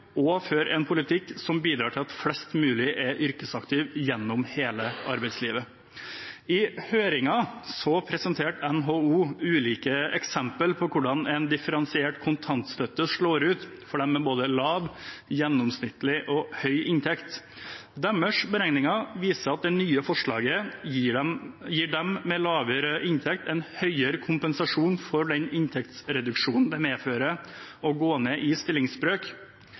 og føre en politikk som bidrar til at flest mulig er yrkesaktive gjennom hele arbeidslivet. I høringen presenterte NHO ulike eksempler på hvordan en differensiert kontantstøtte slår ut for dem med både lav, gjennomsnittlig og høy inntekt. Deres beregninger viser at det nye forslaget gir dem med lavere inntekt en høyere kompensasjon for den inntektsreduksjonen det medfører å gå ned i stillingsbrøk.